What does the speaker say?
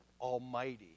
almighty